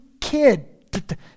kid